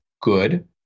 good